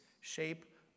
shape